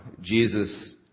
Jesus